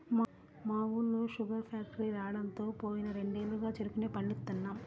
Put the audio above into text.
మా ఊళ్ళో sugar factory రాడంతో పోయిన రెండేళ్లుగా చెరుకునే పండిత్తన్నాం